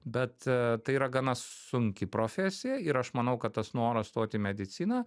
bet tai yra gana sunki profesija ir aš manau kad tas noras stoti į mediciną